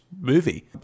movie